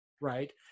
right